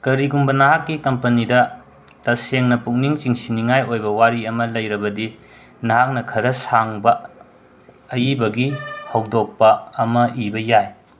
ꯀꯔꯤꯒꯨꯝꯕ ꯅꯍꯥꯛꯀꯤ ꯀꯝꯄꯅꯤꯗ ꯇꯁꯦꯡꯅ ꯄꯨꯛꯅꯤꯡ ꯆꯤꯡꯁꯤꯟꯅꯤꯡꯉꯥꯏ ꯑꯣꯏꯕ ꯋꯥꯔꯤ ꯑꯃ ꯂꯩꯔꯕꯗꯤ ꯅꯍꯥꯛꯅ ꯈꯔ ꯁꯥꯡꯕ ꯑꯏꯕꯒꯤ ꯍꯧꯗꯣꯛꯄ ꯑꯃ ꯏꯕ ꯌꯥꯏ